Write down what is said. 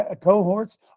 cohorts